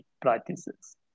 practices